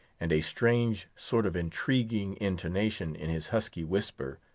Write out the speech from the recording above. and a strange sort of intriguing intonation in his husky whisper,